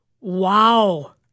Wow